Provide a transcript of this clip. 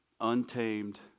untamed